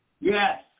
Yes